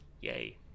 yay